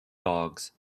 dogs